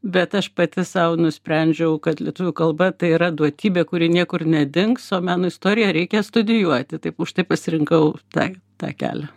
bet aš pati sau nusprendžiau kad lietuvių kalba tai yra duotybė kuri niekur nedings o meno istoriją reikia studijuoti taip užtai pasirinkau tai tą kelią